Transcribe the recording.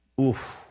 Oof